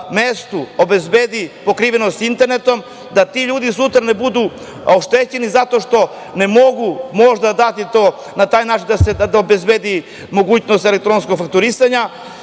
mestu obezbedi pokrivenost internetom, da ti ljudi sutra ne budu oštećeni zato što ne mogu možda na taj način da obezbede mogućnost elektronskog fakturisanja